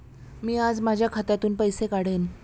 मी आज माझ्या खात्यातून पैसे काढेन